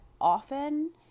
often